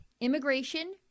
immigration